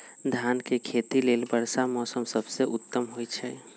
धान के खेती लेल वर्षा मौसम सबसे उत्तम होई छै